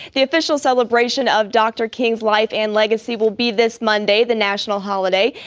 the official celebration of dr. king's life and legacy will be this monday, the national holiday.